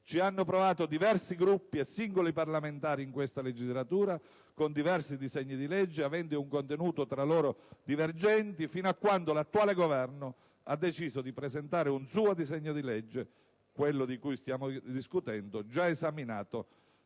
Ci hanno provato diversi Gruppi e singoli parlamentari in questa legislatura con diversi disegni di legge aventi un contenuto tra loro divergente, fino a quando l'attuale Governo ha deciso di presentare un suo disegno di legge, quello di cui stiamo discutendo, già esaminato